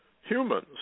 humans